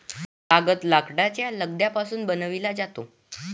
कागद लाकडाच्या लगद्यापासून बनविला जातो